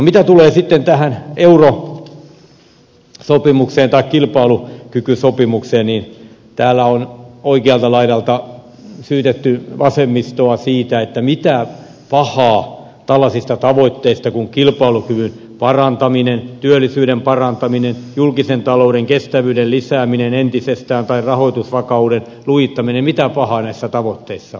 mitä tulee sitten tähän eurosopimukseen tai kilpailukykysopimukseen niin täällä on oikealta laidalta syytetty vasemmistoa että mitä pahaa on tällaisissa tavoitteissa kuin kilpailukyvyn parantaminen työllisyyden parantaminen julkisen talouden kestävyyden lisääminen entisestään tai rahoitusvakauden lujittaminen